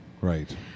right